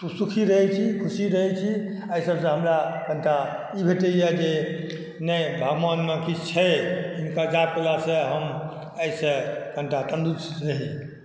सुखी रहै छी खुशी रहै छी एहि सबसँ हमरा कनीटा ई भेटैया जे नहि भगवानमे किछु छै हिनका जाप कयलासँ हम आइसँ कनीटा तंदुरुस्त रही